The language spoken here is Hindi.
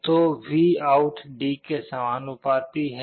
तो VOUT D के समानुपाती है